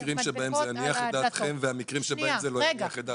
מה המקרים בהם זה יניח את דעתכם והמקרים בהם זה לא יניח את דעתכם?